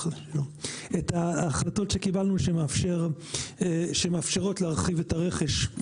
ההחלטות שקיבלנו שמאפשרות להרחיב את הרכש.